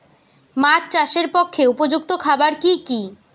মাছ চাষের পক্ষে উপযুক্ত খাবার কি কি?